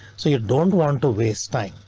so you don't want to waste time.